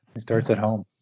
it starts at home.